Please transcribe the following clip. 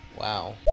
wow